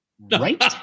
Right